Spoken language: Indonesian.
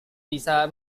bisa